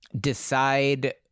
decide